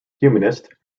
humanist